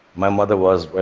my mother was, well,